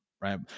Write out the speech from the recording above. right